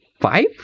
five